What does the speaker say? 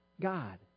God